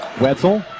Wetzel